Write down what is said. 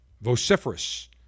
vociferous